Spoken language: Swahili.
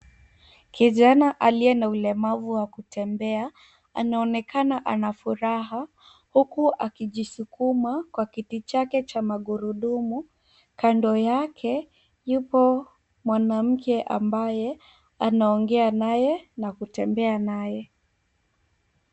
Kijana aliye na ulemavu wa kutembea, anaonekana ana furaha, huku akijisukuma kwa kiti chake cha magurudumu. Kando yake, yupo mwanamke ambaye anaongea naye na kutembea naye.